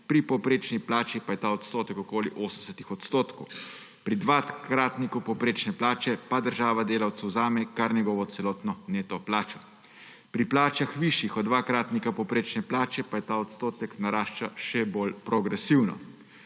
pri povprečni plači pa je ta odstotek okoli 80 odstotkov. Pri dvakratniku povprečne plače pa država delavcu vzame kar njegovo celotno neto plačo, pri plačah, višjih od dvakratnika povprečne plače, pa ta odstotek narašča še bolj progresivno.